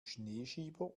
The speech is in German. schneeschieber